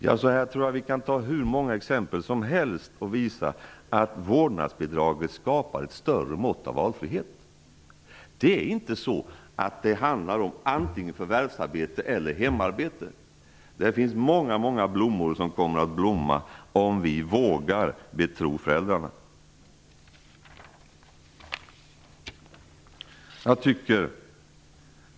Jag tror att vi kan ta hur många exempel som helst och visa att vårdnadsbidrag skapar ett större mått av valfrihet. Det är inte så att det handlar om antingen förvärvsarbete eller hemarbete. Väldigt många blommor kommer att blomma, om vi vågar betro föräldrarna. Herr talman!